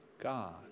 God